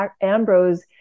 Ambrose